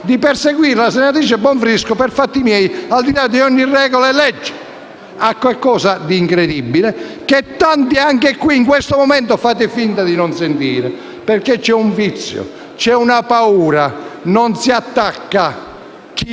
ad esempio - la senatrice Bonfrisco per fatti miei, al di là di ogni regola e legge. Questo ha qualcosa di incredibile e tanti di voi, anche in questo momento, fate finta di non sentire, perché esiste un vizio e c'è paura: non si attacca chi